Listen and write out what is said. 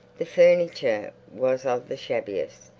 the furniture was of the shabbiest,